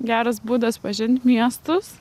geras būdas pažint miestus